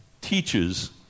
teaches